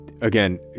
again